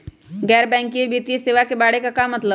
गैर बैंकिंग वित्तीय सेवाए के बारे का मतलब?